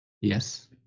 Yes